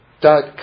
dot